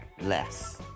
Less